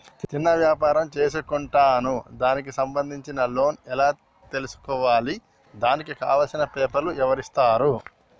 చిన్న వ్యాపారం చేసుకుంటాను దానికి సంబంధించిన లోన్స్ ఎలా తెలుసుకోవాలి దానికి కావాల్సిన పేపర్లు ఎవరిస్తారు?